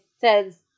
says